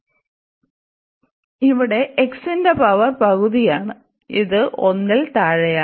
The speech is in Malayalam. അതിനാൽ ഇവിടെ x ന്റെ പവർ പകുതിയാണ് ഇത് 1 ൽ താഴെയാണ്